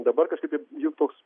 dabar kažkaip jie jų toks